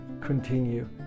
continue